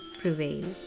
prevail